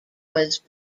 was